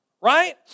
right